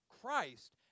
Christ